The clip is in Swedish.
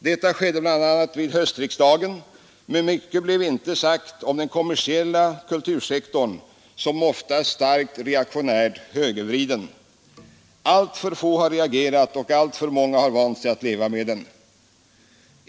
Det skedde bl.a. vid höstriksdagen, men mycket blev inte sagt om den kommersiella kultursektorn, som ofta är starkt reaktionärt högervriden. Alltför få har reagerat och alltför många har vant sig att leva med den.